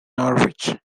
norwich